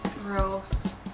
Gross